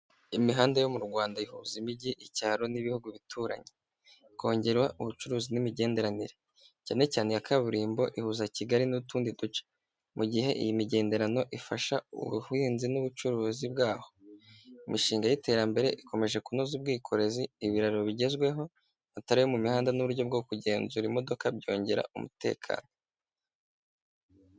Imihanda yo mu Rwanda ihuza imijyi, icyaro n'ibihugu bituranye, kongerwa ubucuruzi n'imigenderanire, cyane cyane iya kaburimbo ihuza Kigali n'utundi duce, mu gihe iyi migenderano ifasha ubuhinzi n'ubucuruzi bwaho, imishinga y'iterambere ikomeje kunoza ubwikorezi, ibiraro bigezweho, amatara yo mu mihanda n'uburyo bwo kugenzura imodoka byongera umutekano.